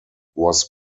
was